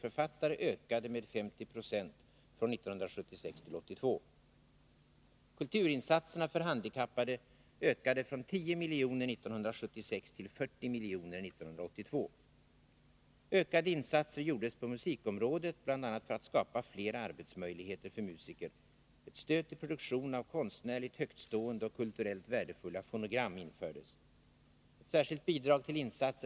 Ökade insatser gjordes på musikområdet för att bl.a. skapa fler arbetsmöjligheter för musiker. Ett stöd till produktion av konstnärligt högtstående och kulturellt värdefulla fonogram infördes.